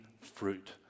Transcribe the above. fruit